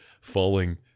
falling